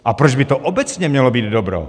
A proč by to obecně mělo být dobro?